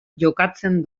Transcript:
jokatzen